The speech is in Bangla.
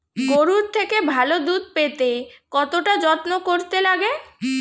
গরুর থেকে ভালো দুধ পেতে কতটা যত্ন করতে লাগে